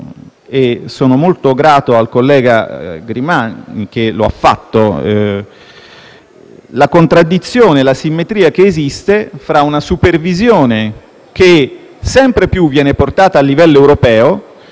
e sono molto grato al senatore Grimani che lo ha fatto - la contraddizione e l'asimmetria esistenti fra una supervisione che sempre più viene portata a livello europeo